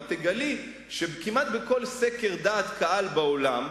את תגלי שכמעט בכל סקר דעת קהל בעולם,